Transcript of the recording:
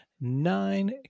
nine